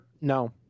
No